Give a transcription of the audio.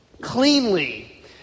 cleanly